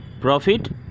profit